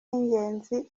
y’ingenzi